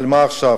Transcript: אבל מה עכשיו?